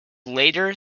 later